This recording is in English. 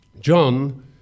John